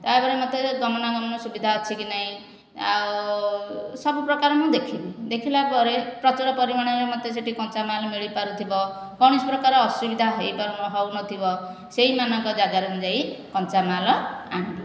ତା'ପରେ ମୋତେ ଗମନାଗମନର ସୁବିଧା ଅଛି କି ନାହିଁ ଆଉ ସବୁପ୍ରକାର ମୁଁ ଦେଖିବି ଦେଖିଲା ପରେ ପ୍ରଚୁର ପରିମାଣରେ ମୋତେ ସେଇଠି କଞ୍ଚାମାଲ୍ ମିଳିପାରୁଥିବ କୌଣସି ପ୍ରକାର ଅସୁବିଧା ହୋଇପାରୁ ହେଉ ନଥିବ ସେହିମାନଙ୍କ ଯାଗାରେ ମୁଁ ଯାଇ କଞ୍ଚାମାଲ୍ ଆଣିବି